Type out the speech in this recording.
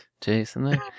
Jason